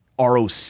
ROC